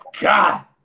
God